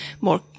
more